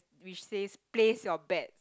which says place your bet